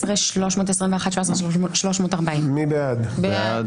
16,981 עד 17,000. מי בעד?